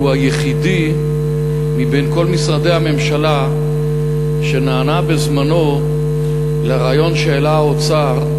שהוא היחידי מבין כל משרדי הממשלה שנענה בזמנו לרעיון שהעלה האוצר,